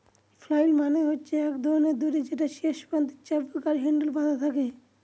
flail মানে হচ্ছে এক ধরনের দড়ি যেটার শেষ প্রান্তে চাবুক আর হ্যান্ডেল বাধা থাকে